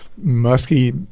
musky